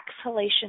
exhalation